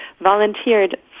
volunteered